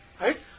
Right